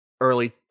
early